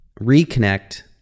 reconnect